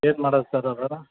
ಏನು ಮಾಡಡು ಸರ್ ಅದು